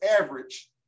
average